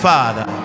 Father